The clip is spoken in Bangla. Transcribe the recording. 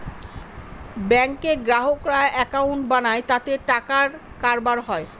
ব্যাঙ্কে গ্রাহকরা একাউন্ট বানায় তাতে টাকার কারবার হয়